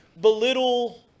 belittle